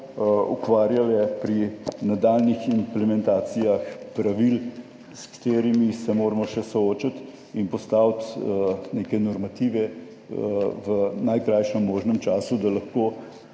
(nadaljevanje) nadaljnjih implementacijah pravil, s katerimi se moramo še soočiti in postaviti neke normative v najkrajšem možnem času, da lahko